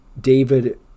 David